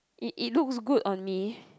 it it looks good on me